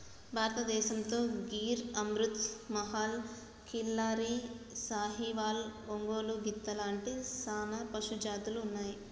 భారతదేసంతో గిర్ అమృత్ మహల్, కిల్లారి, సాహివాల్, ఒంగోలు గిత్త లాంటి సానా పశుజాతులు ఉన్నాయి